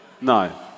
No